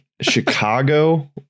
Chicago